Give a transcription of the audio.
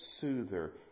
soother